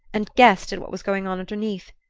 and guessed at what was going on underneath.